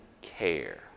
care